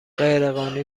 غیرقانونی